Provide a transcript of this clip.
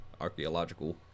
archaeological